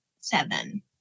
Seven